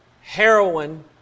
heroin